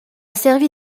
servi